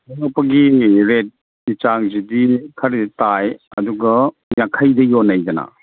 ꯑꯌꯣꯛꯄꯒꯤ ꯔꯦꯠꯀꯤ ꯆꯥꯡꯁꯤꯗꯤ ꯈꯔꯗꯤ ꯇꯥꯏ ꯑꯗꯨꯒ ꯌꯥꯡꯈꯩꯗ ꯌꯣꯟꯅꯩꯗꯅ